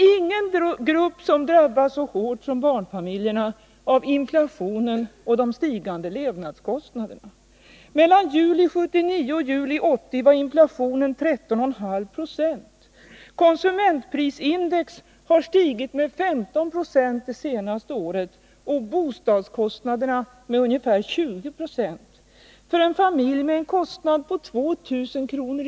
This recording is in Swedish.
Ingen grupp drabbas så hårt som barnfamiljerna av inflationen och de stigande levnadskostnaderna. har det senaste året stigit med 15 20 och bostadskostnaderna med ungefär 20 20. För en familj med en kostnad på 2 000 kr.